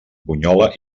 bunyola